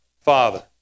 Father